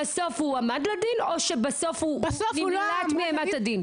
>> האם הוא בסוף הועמד לדין או שהוא נמלט מאימת הדין?